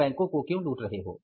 तुम बैंकों को क्यों लूट रहे हैं